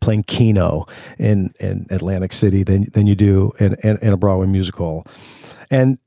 playing keno in an atlantic city than than you do in and a broadway musical and